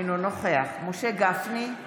אינו נוכח משה גפני,